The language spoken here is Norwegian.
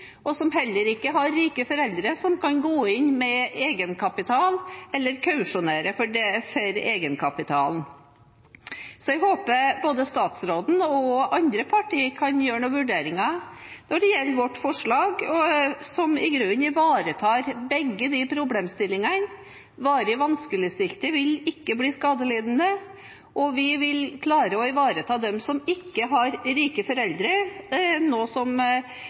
og som heller ikke har rike foreldre som kan gå inn med egenkapital eller kausjonere for egenkapitalen. Så jeg håper at både statsråden og andre partier kan gjøre noen vurderinger når det gjelder vårt forslag, som i grunnen ivaretar begge de problemstillingene – varig vanskeligstilte vil ikke bli skadelidende, og vi vil klare å ivareta dem som ikke har rike foreldre, som